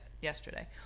yesterday